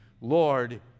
Lord